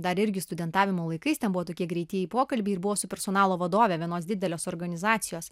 dar irgi studentavimo laikais ten buvo tokie greitieji pokalbiai ir buvo su personalo vadove vienos didelės organizacijos